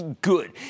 good